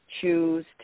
choose